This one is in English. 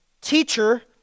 Teacher